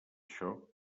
això